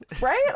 right